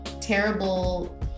terrible